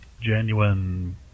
genuine